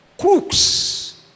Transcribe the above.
crooks